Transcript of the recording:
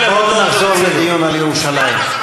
בואו נחזור לדיון על ירושלים.